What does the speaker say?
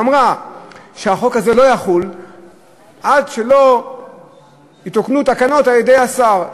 שאמרה שהחוק הזה לא יחול עד שלא יתוקנו תקנות על-ידי השר,